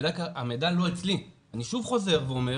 המידע לא אצלי, אני שוב חוזר ואומר.